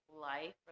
life